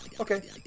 okay